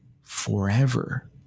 forever